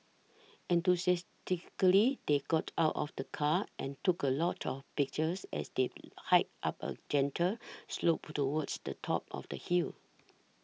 enthusiastically they got out of the car and took a lot of pictures as they hiked up a gentle slope towards the top of the hill